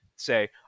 Say